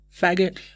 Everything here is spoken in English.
faggot